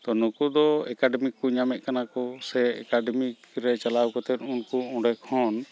ᱛᱳ ᱱᱩᱠᱩᱫᱚ ᱮᱠᱟᱰᱮᱢᱤ ᱠᱚ ᱧᱟᱢᱮᱫ ᱠᱟᱱᱟᱠᱚ ᱥᱮ ᱮᱠᱟᱰᱮᱢᱤ ᱨᱮ ᱪᱟᱞᱟᱣ ᱠᱟᱛᱮᱫ ᱩᱱᱠᱚ ᱚᱸᱰᱮᱠᱷᱚᱱ